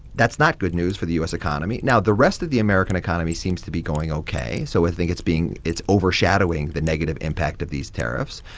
that's not good news for the u s. economy now, the rest of the american economy seems to be going ok. so i think it's being it's overshadowing the negative impact of these tariffs.